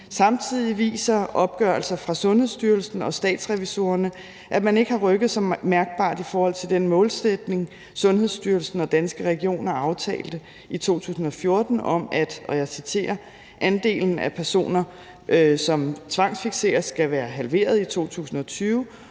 Samtidig viser opgørelser fra Sundhedsstyrelsen og Statsrevisorerne, at man ikke har rykket sig mærkbart i forhold til den målsætning, Sundhedsstyrelsen og Danske Regioner aftalte i 2014 om – og jeg citerer – at andelen af personer, som tvangsfikseres, skal være halveret i 2020,